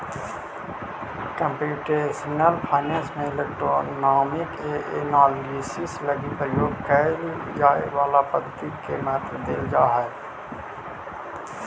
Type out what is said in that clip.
computational finance में economic analysis लगी प्रयोग कैल जाए वाला पद्धति के महत्व देल जा हई